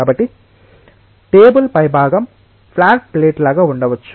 కాబట్టి టేబుల్ పైభాగం flat plate లాగా ఉండవచ్చు